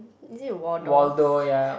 is it Waldorf